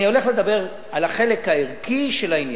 אני הולך לדבר על החלק הערכי של העניין.